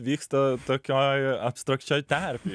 vyksta tokioj abstrakčioj terpėj